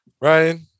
Ryan